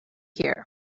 here